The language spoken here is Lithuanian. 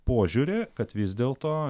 požiūrį kad vis dėlto